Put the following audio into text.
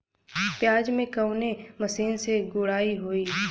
प्याज में कवने मशीन से गुड़ाई होई?